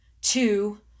two